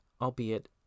albeit